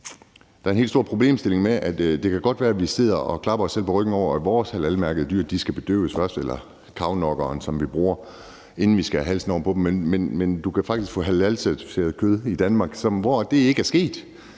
Der er også en anden stor problemstilling. Det kan godt være, vi sidder og klapper os selv på ryggen over, at vores halalmærkede dyr skal bedøves først, eller at de skal have cowknockeren, som vi bruger, inden vi skærer halsen over på dem. Men du kan faktisk få halalcertificeret eller halalaccepteret kød i Danmark, hvor det ikke er sket,